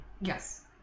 Yes